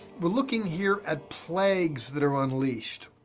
we're looking here at plagues that are unleashed.